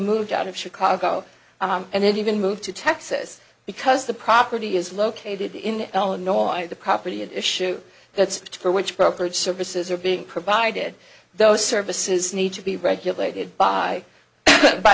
moved out of chicago and even moved to texas because the property is located in illinois and the property at issue that's it for which brokerage services are being provided those services need to be regulated by by